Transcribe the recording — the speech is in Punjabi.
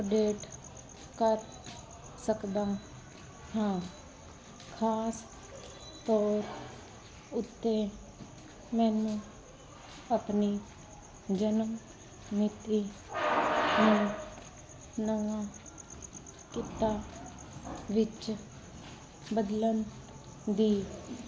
ਅਪਡੇਟ ਕਰ ਸਕਦਾ ਹਾਂ ਖਾਸ ਤੌਰ ਉੱਤੇ ਮੈਨੂੰ ਆਪਣੀ ਜਨਮ ਮਿਤੀ ਨੂੰ ਨਵਾਂ ਕਿੱਤਾ ਵਿੱਚ ਬਦਲਣ ਦੀ